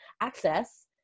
access